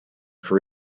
for